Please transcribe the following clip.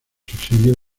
subsidios